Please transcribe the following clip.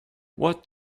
what